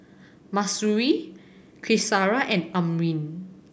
Mahsuri Qaisara and Amrin